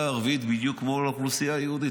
הערבית בדיוק כמו לאוכלוסייה היהודית.